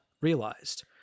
realized